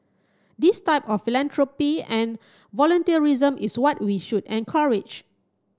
this type of philanthropy and volunteerism is what we should encourage